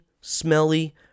smelly